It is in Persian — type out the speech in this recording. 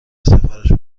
سفارش